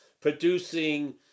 producing